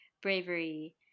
bravery